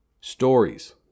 Stories